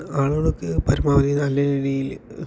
ആളുകളൊക്കെ പരമാവധി നല്ല രീതിയിൽ